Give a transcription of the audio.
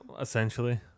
essentially